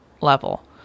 level